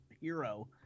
hero